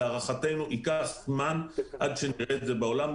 להערכתנו ייקח זמן עד שנראה את זה בעולם,